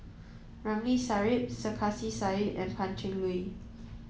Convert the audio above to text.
Ramli Sarip Sarkasi Said and Pan Cheng Lui